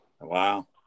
Wow